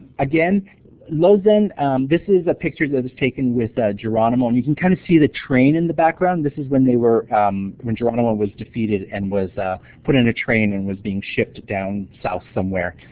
again lozen this is a picture that was taken with ah geronimo, you can kind of see the train in the background. this is when they were when geronimo was defeated and was put in a train and was being shipped down south somewhere.